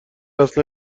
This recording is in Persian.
اصلا